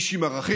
איש עם ערכים,